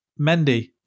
Mendy